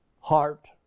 heart